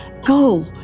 Go